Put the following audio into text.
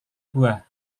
buah